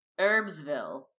Herbsville